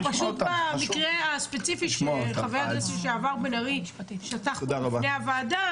פשוט במקרה הספציפי של חבר הכנסת לשעבר בן ארי --- בפני הוועדה,